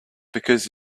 because